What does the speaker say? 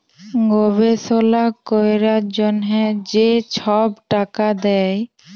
গবেষলা ক্যরার জ্যনহে যে ছব টাকা দেয়